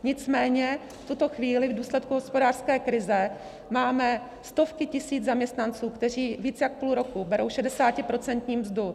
Nicméně v tuto chvíli v důsledku hospodářské krize máme stovky tisíc zaměstnanců, kteří více jak půl roku berou 60% mzdu.